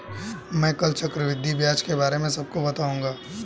मैं कल से चक्रवृद्धि ब्याज के बारे में सबको बताऊंगा